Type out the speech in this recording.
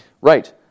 Right